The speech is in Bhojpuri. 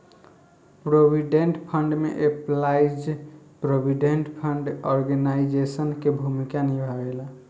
प्रोविडेंट फंड में एम्पलाइज प्रोविडेंट फंड ऑर्गेनाइजेशन के भूमिका निभावेला